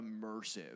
immersive